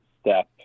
step